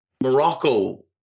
Morocco